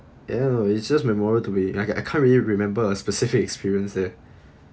ya it's just memory to me I I can't really remember a specific experience eh